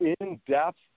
in-depth